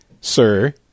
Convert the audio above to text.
sir